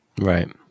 Right